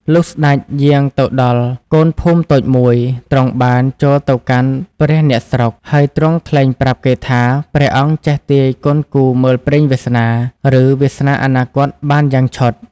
លុះស្ដេចយាងទៅដល់កូនភូមិតូចមួយ ទ្រង់បានចូលទៅកាន់ព្រះអ្នកស្រុក ហើយទ្រង់ថ្លែងប្រាប់គេថាព្រះអង្គចេះទាយគន់គូរមើលព្រេងវាសនា ឬវាសនាអនាគតបានយ៉ាងឆុត ។